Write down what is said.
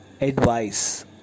advice